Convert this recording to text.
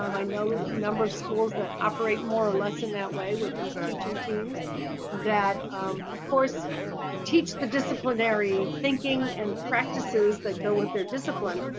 um i know a number of schools that operate more or less in that way with these teaching teams that of course teach the disciplinary thinking and practices that go with their discipline.